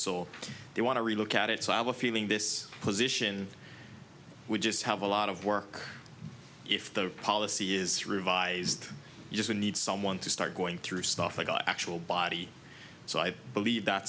so they want to relook at it so i have a feeling this position we just have a lot of work if the policy is revised you just need someone to start going through stuff like actual body so i believe that